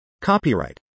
Copyright